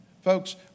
Folks